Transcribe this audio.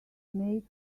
made